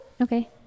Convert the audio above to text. okay